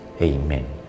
Amen